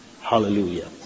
hallelujah